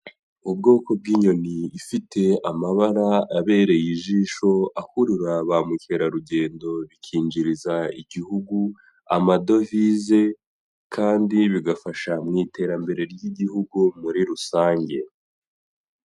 Ubwoko bw'inyoni ifite amabara abereye ijisho akurura ba mukerarugendo bikinjiriza igihugu amadovize kandi bigafasha mu iterambere ry'igihugu muri rusange.